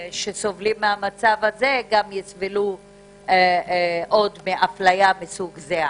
מהמצב הזה גם יסבלו עוד מאפליה מסוג זה.